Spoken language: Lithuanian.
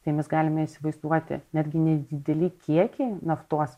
tai mes galime įsivaizduoti netgi nedideli kiekiai naftos